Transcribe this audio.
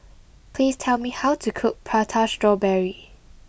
please tell me how to cook Prata Strawberry